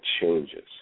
changes